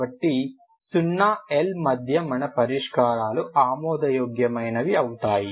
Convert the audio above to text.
కాబట్టి 0 నుండి L మధ్య మన పరిష్కారాలు ఆమోదయోగ్యమైనవి అవుతాయి